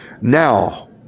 Now